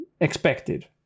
expected